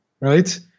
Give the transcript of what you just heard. right